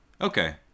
okay